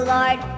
Lord